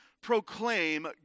proclaim